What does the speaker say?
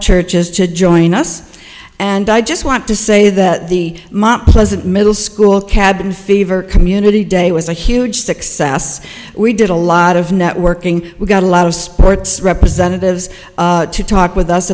churches to join us and i just want to say that the pleasant middle school cabin fever community day was a huge success we did a lot of networking we got a lot of sports representatives to talk with us